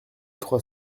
trois